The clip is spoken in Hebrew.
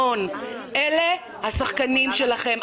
אלה השחקנים שלכם.